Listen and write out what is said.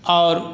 आओर